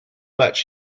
much